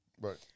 Right